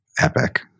epic